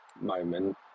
moment